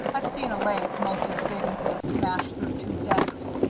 i've seen a leg most as big as this smash through two decks.